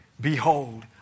Behold